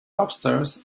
upstairs